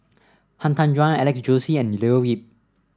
Han Tan Juan Alex Josey and Leo Yip